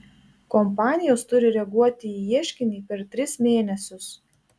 kompanijos turi reaguoti į ieškinį per tris mėnesius